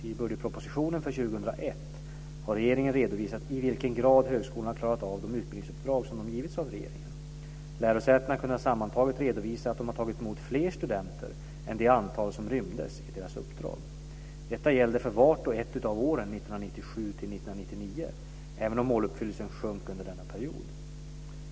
I budgetpropositionen för 2001 har regeringen redovisat i vilken grad högskolorna klarat av de utbildningsuppdrag som de givits av regeringen. Lärosätena kunde sammantaget redovisa att de tagit emot fler studenter än det antal som rymdes i deras uppdrag. Detta gällde för vart och ett av åren 1997-1999 även om måluppfyllelsen sjönk under denna period.